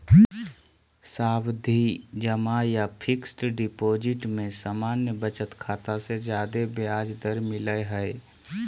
सावधि जमा या फिक्स्ड डिपाजिट में सामान्य बचत खाता से ज्यादे ब्याज दर मिलय हय